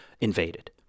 invaded